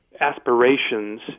aspirations